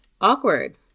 Awkward